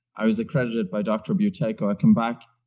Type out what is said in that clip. i was accredited by dr. buteyko. like ah i came back,